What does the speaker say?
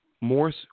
Morse